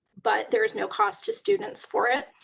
but there's no cost to students for it.